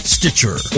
Stitcher